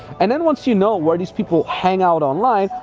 and then once you know where these people hang out online,